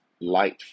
light